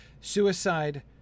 Suicide